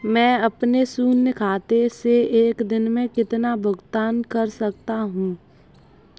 मैं अपने शून्य खाते से एक दिन में कितना भुगतान कर सकता हूँ?